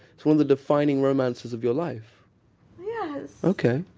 it's one of the defining romances of your life yes okay.